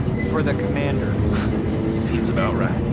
for the commander seems about right.